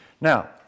Now